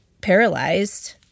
paralyzed—